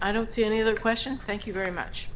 i don't see any other questions thank you very much